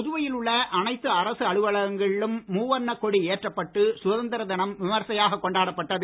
புதுவையில் உள்ள அனைத்து அரசு அலுவலகங்களிலும் மூவர்ண கொடி ஏற்றப்பட்டு சுதந்திர தினம் விமர்சையாக கொண்டாடப்பட்டது